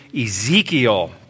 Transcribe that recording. Ezekiel